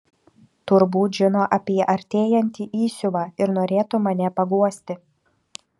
turbūt žino apie artėjantį įsiuvą ir norėtų mane paguosti